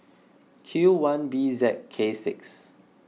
Q one B Z K six